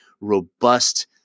robust